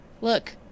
look